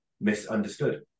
misunderstood